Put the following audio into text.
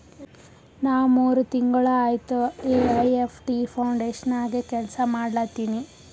ನಾ ಮೂರ್ ತಿಂಗುಳ ಆಯ್ತ ಎ.ಐ.ಎಫ್.ಟಿ ಫೌಂಡೇಶನ್ ನಾಗೆ ಕೆಲ್ಸಾ ಮಾಡ್ಲತಿನಿ